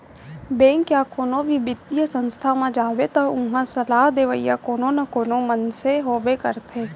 bank या कोनो भी बित्तीय संस्था म जाबे त उहां सलाह देवइया कोनो न कोनो मनसे होबे करथे